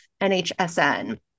NHSN